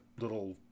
little